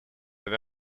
were